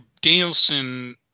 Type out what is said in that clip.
Danielson